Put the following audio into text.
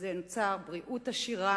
וזה יצר בריאות עשירה